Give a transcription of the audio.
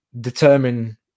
determine